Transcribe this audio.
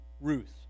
Ruth